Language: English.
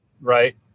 right